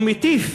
ומטיף